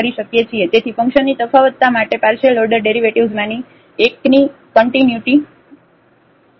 તેથી ફંક્શનની તફાવતતા માટે પાર્શિયલ ઓર્ડર ડેરિવેટિવ્ઝમાંની એકની કન્ટિન્યુટી પૂરતી છે